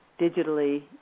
digitally